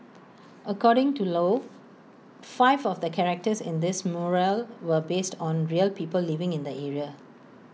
according to low five of the characters in this mural were based on real people living in the area